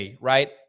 right